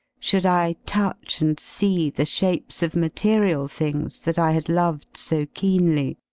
should i touch and see the shapes of material things that i had loved so keenly.